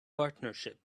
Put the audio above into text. partnership